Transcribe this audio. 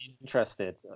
interested